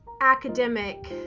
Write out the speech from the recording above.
academic